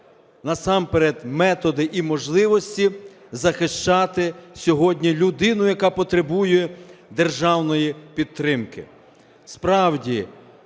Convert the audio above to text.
насамперед методи і можливості захищати сьогодні людину, яка потребує державної підтримки.